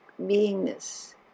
beingness